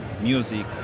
music